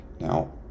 Now